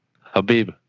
Habib